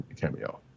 cameo